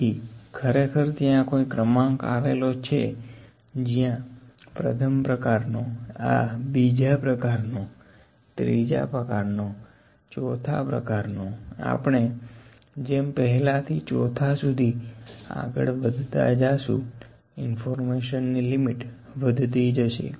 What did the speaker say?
તેથી ખરેખર ત્યાં કોઈ ક્રમાંક આવેલો છે જ્યાં પ્રથમ પ્રકારનો આં બીજા પ્રકારનો ત્રીજા પ્રકારનોચોથા પ્રકારનો આપણે જેમ પહેલા થી ચોથા સુધી આગળ વધતા જાશું ઇન્ફોર્મેશન ની લિમિટ વધતી જશે